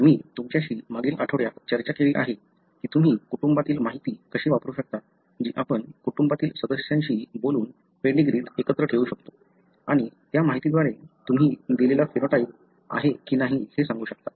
मी तुमच्याशी मागील आठवड्यात चर्चा केली आहे की तुम्ही कुटुंबातील माहिती कशी वापरू शकता जी आपण कुटुंबातील सदस्यांशी बोलून पेडीग्रीत एकत्र ठेवू शकतो आणि त्या माहितीद्वारे तुम्ही दिलेला फेनोटाइप आहे की नाही हे सांगू शकता